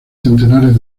centenares